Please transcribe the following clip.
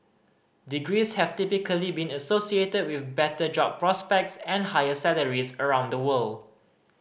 degrees have typically been associated with better job prospects and higher salaries around the world